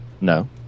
No